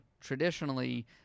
traditionally